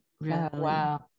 Wow